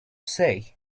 say